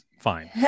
fine